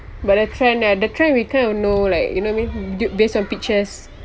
but the trend ya the trend we kind of know like you know what I mean based on pictures